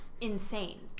insane